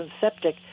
septic